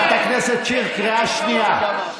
חברת הכנסת שיר, קריאה שנייה.